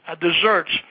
desserts